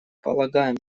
полагаем